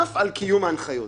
אולי יהיו אופציות נוספות,